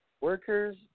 Workers